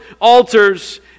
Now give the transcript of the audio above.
altars